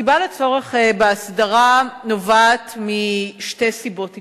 הצורך בהסדרה נובע משתי סיבות עיקריות: